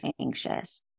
anxious